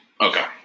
Okay